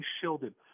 shielded